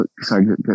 sorry